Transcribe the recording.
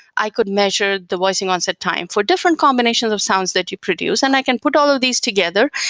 i could measure the voicing onset time for different combinations of sounds that you produce, and i can put all of these together.